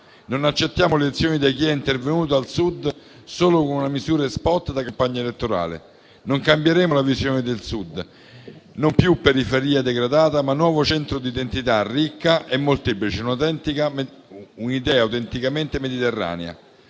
Non accettiamo lezioni da chi è intervenuto al Sud solo con misure *spot* da campagna elettorale. Cambieremo la visione del Sud: non più periferia degradata, ma nuovo centro di identità ricca e molteplice, un'idea autenticamente mediterranea.